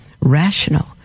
rational